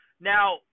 Now